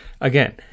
Again